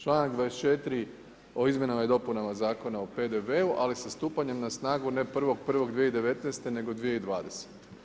Članak 24. o Izmjenama i dopunama Zakona o PDV-u, ali sa stupanjem na snagu ne 1.1.2019. nego 2020.